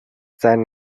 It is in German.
sein